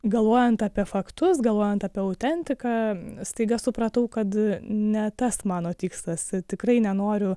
galvojant apie faktus galvojant apie autentiką staiga supratau kad ne tas mano tikslas tikrai nenoriu